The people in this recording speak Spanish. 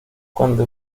cuando